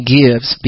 gives